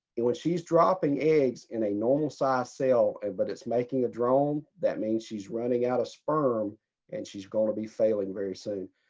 when she's dropping eggs in a normal size cell and but it's making a drone that means she's running out of sperm and she's going to be failing very soon.